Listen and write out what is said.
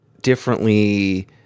differently